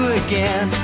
again